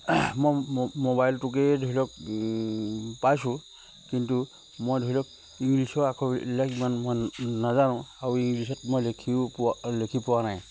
মই ম মোবাইলটোকে ধৰি লওক পাইছোঁ কিন্তু মই ধৰি লওক ইংলিছৰ আখৰবিলাক ইমান মই নাজানো আৰু ইংলিছত মই লিখিও পোৱা লিখি পোৱা নাই